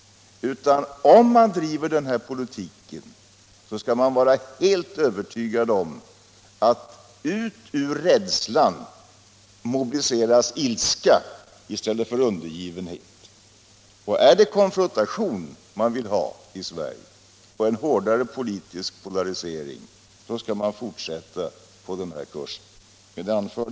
Om man driver den här politiken skall man vara helt övertygad om att ur rädslan mobiliseras ilska i stället för undergivenhet. Och är det konfrontation man vill ha i Sverige och en hårdare politisk polarisering, då skall man fortsätta på den här kursen! Herr talman!